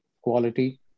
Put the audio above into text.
quality